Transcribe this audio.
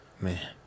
Man